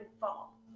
fall